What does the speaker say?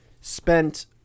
spent